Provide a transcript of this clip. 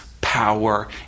power